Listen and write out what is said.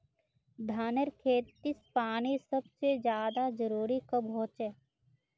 धानेर खेतीत पानीर सबसे ज्यादा जरुरी कब होचे?